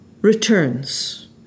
returns